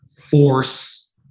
force